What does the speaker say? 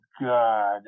God